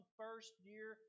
first-year